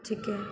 ठीक है